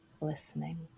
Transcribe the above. listening